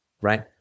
right